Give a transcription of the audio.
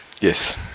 Yes